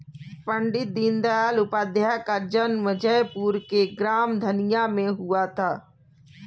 पण्डित दीनदयाल उपाध्याय का जन्म जयपुर के ग्राम धनिया में हुआ था